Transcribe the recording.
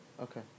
Okay